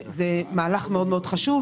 זה מהלך מאוד חשוב,